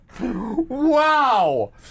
Wow